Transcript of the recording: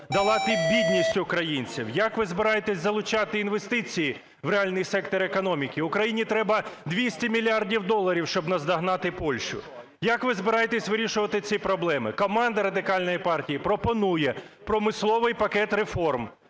долати бідність українців? Як ви збираєтесь залучати інвестиції в реальний сектор економіки? Україні треба 200 мільярдів доларів, щоб наздогнати Польщу. Як ви збираєтесь вирішувати ці проблеми? Команда Радикальної партії пропонує промисловий пакет реформ.